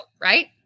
right